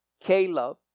Caleb